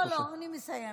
לא, לא, אני מסיימת.